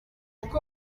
uko